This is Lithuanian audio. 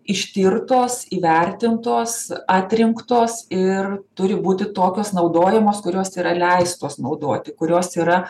ištirtos įvertintos atrinktos ir turi būti tokios naudojamos kurios yra leistos naudoti kurios yra